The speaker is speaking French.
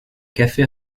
café